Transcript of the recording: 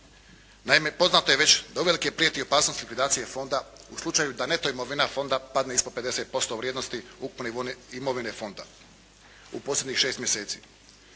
Naime, poznato je već da uvelike prijeti opasnost likvidacije fonda u slučaju da neto imovina fonda padne ispod 50% vrijednosti ukupne imovine fonda u posljednjih šest mjeseci.